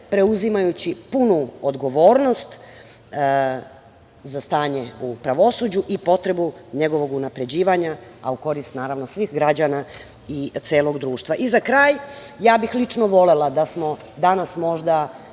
preuzimajući punu odgovornost za stanje u pravosuđu i potrebu njegovog unapređivanja, a u korist svih građana i celog društva.Za kraj, ja bih lično volela da smo danas možda,